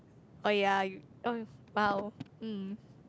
oh ya you oh !wow! mm